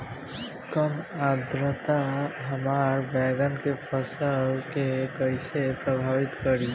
कम आद्रता हमार बैगन के फसल के कइसे प्रभावित करी?